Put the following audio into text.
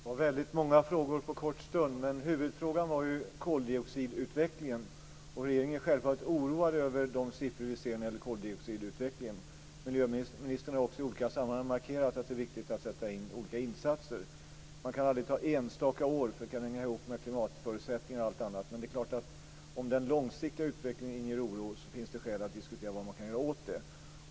Fru talman! Det var många frågor på kort tid. Huvudfrågan gällde koldioxidutvecklingen. Regeringen är självfallet oroad över de siffror vi ser när det gäller koldioxidutvecklingen. Miljöministern har också i olika sammanhang markerat att det är viktigt att sätta in olika insatser. Man kan aldrig se på enstaka år. Det kan hänga ihop med klimatförutsättningar och annat. Om den långsiktiga utvecklingen inger oro finns det självfallet skäl att diskutera vad man kan göra åt det.